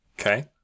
Okay